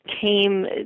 came